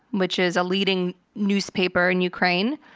which is a leading newspaper in ukraine,